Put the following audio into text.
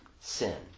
sin